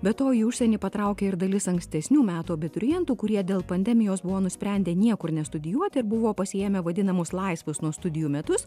be to į užsienį patraukė ir dalis ankstesnių metų abiturientų kurie dėl pandemijos buvo nusprendę niekur nestudijuot ir buvo pasiėmę vadinamus laisvus nuo studijų metus